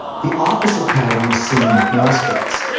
the opposite pattern was seen with moskowitz.